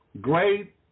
Great